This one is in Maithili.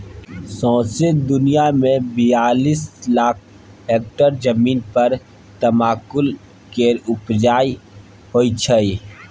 सौंसे दुनियाँ मे बियालीस लाख हेक्टेयर जमीन पर तमाकुल केर उपजा होइ छै